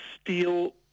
steel